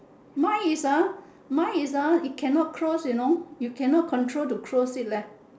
mine is ah mine is ah it cannot close you know you cannot control to close it leh